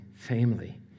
family